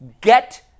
Get